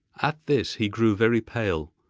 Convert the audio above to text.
at this he grew very pale,